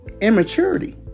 immaturity